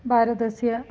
भारतस्य